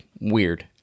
weird